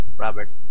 Robert